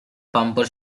pumped